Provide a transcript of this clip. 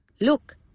Look